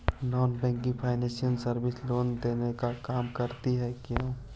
Non banking financial services loan देने का काम करती है क्यू?